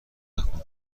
نکن